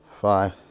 five